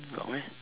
got meh